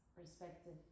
perspective